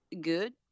good